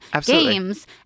games